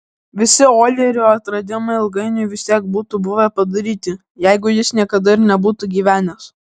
visi oilerio atradimai ilgainiui vis tiek būtų buvę padaryti jeigu jis niekada ir nebūtų gyvenęs